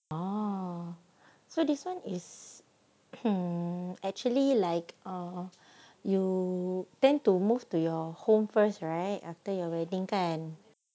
oh so this one is um actually like or you tend to move to your home first right after your wedding kan